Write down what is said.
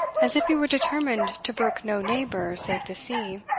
as if he were determined to brook no neighbour save the sea.